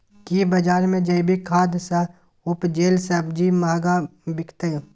की बजार मे जैविक खाद सॅ उपजेल सब्जी महंगा बिकतै?